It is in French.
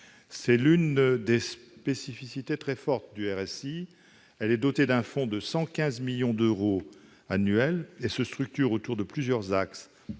est l'une des spécificités très fortes du RSI, est dotée d'un fonds de 115 millions d'euros par an et se structure autour de plusieurs axes